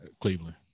Cleveland